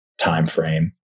timeframe